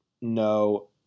no